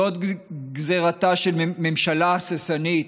זו גזרתה של ממשלה הססנית,